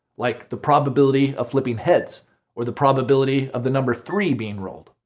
like the probability of flipping heads or the probability of the number three being rolled.